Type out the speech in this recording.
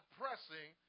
pressing